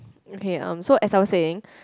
okay um so as I was saying